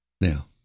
Now